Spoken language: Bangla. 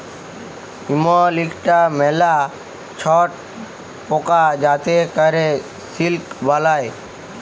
ইমল ইকটা ম্যালা ছট পকা যাতে ক্যরে সিল্ক বালাই